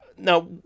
Now